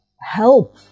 help